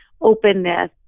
openness